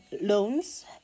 loans